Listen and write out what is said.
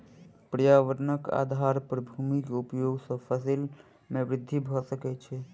पर्यावरणक आधार पर भूमि के उपयोग सॅ फसिल में वृद्धि भ सकै छै